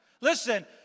Listen